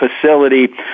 facility